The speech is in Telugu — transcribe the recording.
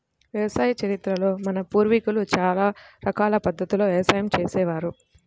వ్యవసాయ చరిత్రలో మన పూర్వీకులు చాలా రకాల పద్ధతుల్లో వ్యవసాయం చేసే వారు